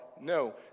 no